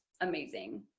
amazing